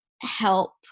help